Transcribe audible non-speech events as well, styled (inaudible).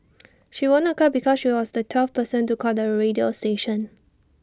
(noise) she won A car because she was the twelfth person to call the radio station